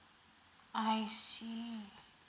I see